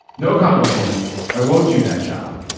no congresswoman i won't do that job.